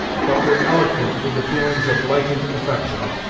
but were eloquent with the feelings of blighted affection,